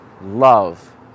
love